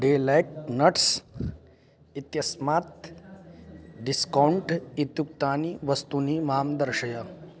delight nuts इत्यस्मात् discount इत्युक्तानि वस्तूनि मां दर्शय